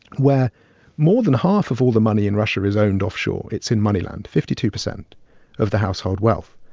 where more than half of all the money in russia is owned offshore. it's in moneyland fifty two percent of the household wealth.